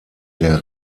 der